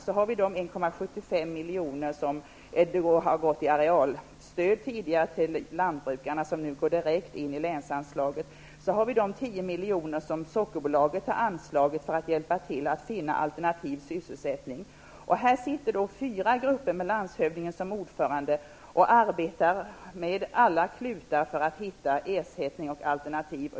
Sedan har vi de 1,75 miljoner som tidigare har gått till arealstöd till lantbrukarna. Det går nu direkt in i länsanslaget. Sockerbolaget har anslagit 10 miljoner för att hjälpa till att finna alternativ sysselsättning. Här sätter fyra grupper, med landshövdningen som ordförande, till alla klutar för att hitta ersättningsindustri och alternativ.